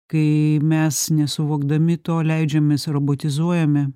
kai mes nesuvokdami to leidžiamės robotizuojami